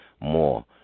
more